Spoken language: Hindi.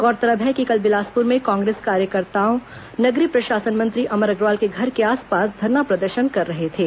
गौरतलब है कि कल बिलासपुर में कांग्रेस कार्यकर्ताओं ने नगरीय प्रशासन मंत्री अमर अग्रवाल के घर के पास धरना प्रदर्शन कर रहे थे